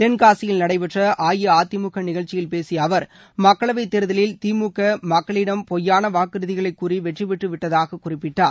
தென்காசியில் நடைபெற்ற அஇஅதிமுக நிகழ்ச்சியில் பேசிய அவர் மக்களவைத் தேர்தலில் திமுக மக்களிடம் பொய்யான வாக்குறுதிகளைக் கூறி வெற்றி பெற்று விட்டதாகக் குறிப்பிட்டார்